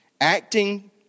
acting